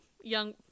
young